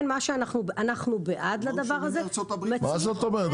אנחנו בעד הדבר הזה --- מה זאת אומרת?